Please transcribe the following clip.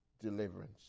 deliverance